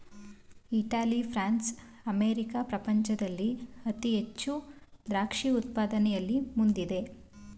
Italy, France, America ಪ್ರಪಂಚದಲ್ಲಿ ಅತಿ ಹೆಚ್ಚು ದ್ರಾಕ್ಷಿ ಉತ್ಪಾದನೆಯಲ್ಲಿ ಮುಂದಿದೆ